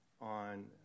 on